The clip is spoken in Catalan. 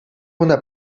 una